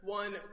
one